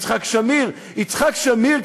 יצחק שמיר יצחק שמיר,